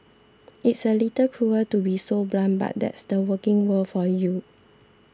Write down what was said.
it's a little cruel to be so blunt but that's the working world for you